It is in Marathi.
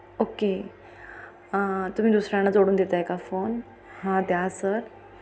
ओके तुम्ही दुसऱ्यांना जोडून देत आहे का फोन हां द्या सर